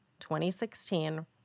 2016